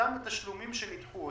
אותם תשלומים שנדחו,